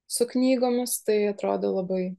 su knygomis tai atrodo labai